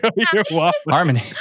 Harmony